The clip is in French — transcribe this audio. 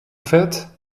fait